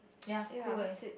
ya cool eh